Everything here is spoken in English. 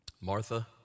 Martha